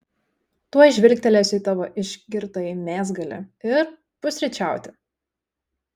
tuoj žvilgtelėsiu į tavo išgirtąjį mėsgalį ir pusryčiauti